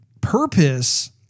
purpose